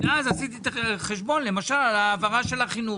אז עשיתי את החשבון, למשל העברה של החינוך.